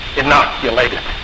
inoculated